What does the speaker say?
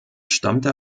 stammte